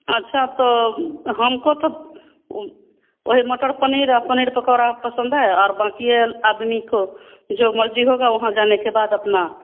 अच्छा तो हमको तब वही मटर पनीर और पनीर पकोड़ा पसंद है और बाक़ी और आदमी को जो मर्ज़ी होगी वहाँ जाने के बाद अपना